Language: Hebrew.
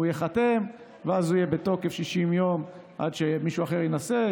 הוא ייחתם ואז הוא יהיה בתוקף 60 יום עד שמישהו אחר ינסה,